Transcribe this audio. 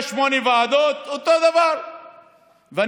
אז